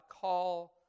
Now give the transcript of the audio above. call